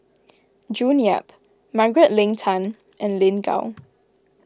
June Yap Margaret Leng Tan and Lin Gao